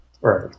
Right